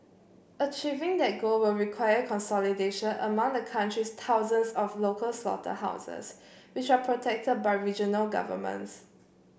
achieving that goal will require consolidation among the country's thousands of local slaughterhouses which are protected by regional governments